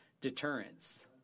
deterrence